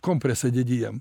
kompresą dedi jiem